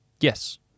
Yes